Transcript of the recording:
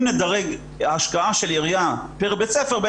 אם נדרג השקעה של עירייה פר בית ספר,